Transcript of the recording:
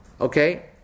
okay